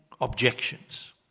objections